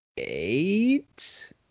eight